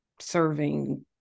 serving